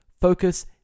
focus